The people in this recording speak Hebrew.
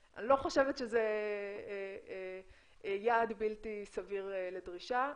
אני לא חושבת שזה יעד בלתי סביר לדרישה.